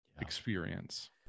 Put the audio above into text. experience